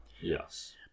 yes